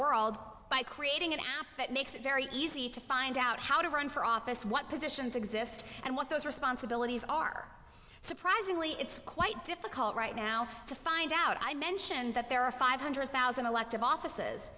world by creating an app that makes it very easy to find out how to run for office what positions exist and what those responsibilities are surprisingly it's quite difficult right now to find out i mentioned that there are five hundred thousand elective offices